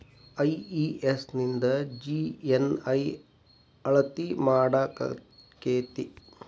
IES ನಿಂದ GNI ಅಳತಿ ಮಾಡಾಕಕ್ಕೆತಿ?